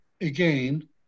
again